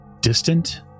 distant